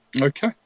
okay